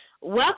Welcome